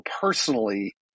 personally